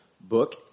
book